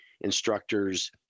instructors